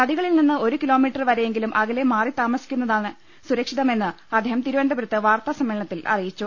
നദികളിൽ നിന്ന് ഒരു കിലോമീറ്റർ വരെയെ ങ്കിലും അകലെ മാറി താമസിക്കുന്നതാണ് സുരക്ഷിതമെന്ന് അദ്ദേഹം തിരുവനന്തപുരത്ത് വാർത്താ സമ്മേളനത്തിൽ അറി യിച്ചു